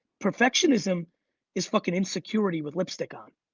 perfectionism is fucking insecurity with lipstick on.